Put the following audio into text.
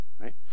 right